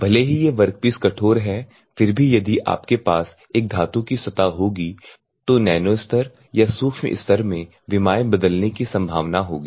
भले ही ये वर्कपीस कठोर हैं फिर भी यदि आपके पास एक धातु की सतह होगी तो नैनो स्तर या सूक्ष्म स्तर में विमाएं बदलने की संभावना होगी